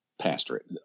pastorate